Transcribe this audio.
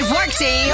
Workday